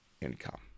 income